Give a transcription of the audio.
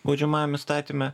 baudžiamajam įstatyme